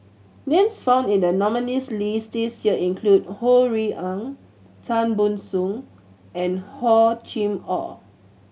names found in the nominees' list this year include Ho Rui An Tan Ban Soon and Hor Chim Or